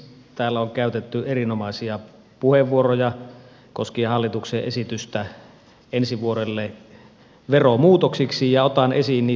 täällä on käytetty erinomaisia puheenvuoroja koskien hallituksen esitystä ensi vuodelle veromuutoksiksi